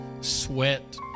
sweat